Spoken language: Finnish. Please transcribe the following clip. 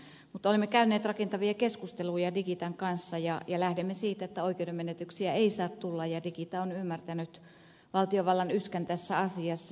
mutta olemme käyneet rakentavia keskusteluja digitan kanssa ja lähdemme siitä että oikeudenmenetyksiä ei saa tulla ja digita on ymmärtänyt valtiovallan yskän tässä asiassa